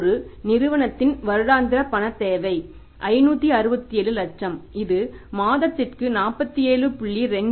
ஒரு நிறுவனத்தின் வருடாந்திர பணத் தேவை 567 லட்சம் இது மாதத்திற்கு 47